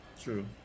True